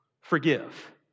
Forgive